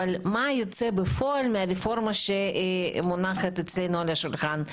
אבל מה יוצא בפועל מהרפורמה שמונחת אצלנו על השולחן?